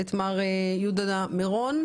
מר יהודה מירון.